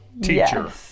teacher